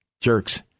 jerks